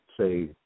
say